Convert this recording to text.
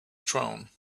throne